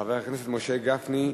חבר הכנסת משה גפני,